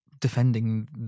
defending